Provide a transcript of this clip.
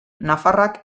nafarrak